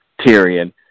Tyrion